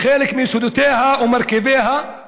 שחלק מיסודותיה ומרכיביה הם